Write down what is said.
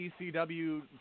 ECW